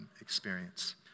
experience